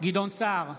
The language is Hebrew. גדעון סער,